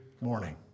morning